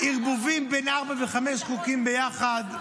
ערבוב בין ארבעה וחמישה חוקים ביחד.